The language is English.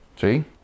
See